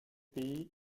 pays